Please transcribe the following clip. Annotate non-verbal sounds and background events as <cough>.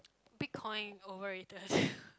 Bitcoin over rated <breath>